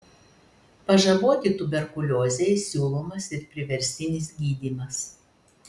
pažaboti tuberkuliozei siūlomas ir priverstinis gydymas